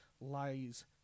lies